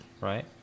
right